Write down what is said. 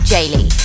Jaylee